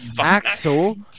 Axel